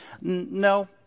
No